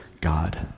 God